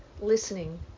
listening